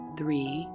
three